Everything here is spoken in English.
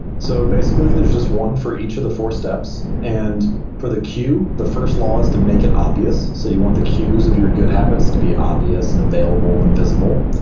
so basically there's just one for each of the four steps. and for the cue, the first law is to make it obvious. so you want the cues of your good habits to be obvious and available and visible.